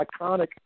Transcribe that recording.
iconic –